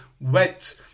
wet